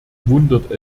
wundert